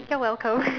you're welcome